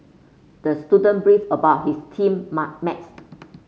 the student brief about his team mar maths